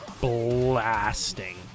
blasting